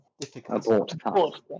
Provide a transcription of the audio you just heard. Difficult